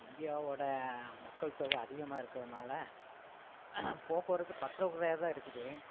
இந்தியாவோட மக்கள் தொகை அதிகமாக இருக்கிறதுனால போக்குவரத்து பற்றாக்குறையாகத்தான் இருக்குது